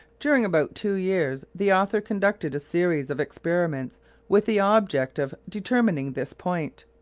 during about two years the author conducted a series of experiments with the object of determining this point,